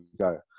go